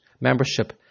Membership